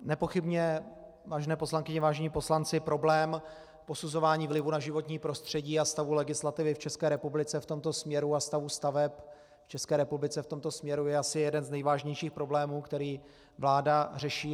Nepochybně, vážené poslankyně, vážení poslanci, problém posuzování vlivu na životní prostředí a stavu legislativy v České republice v tomto směru a stavu staveb v České republice v tomto směru je asi jeden z nejvážnějších problémů, který vláda řeší.